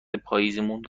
پاییزیمون